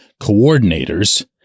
coordinators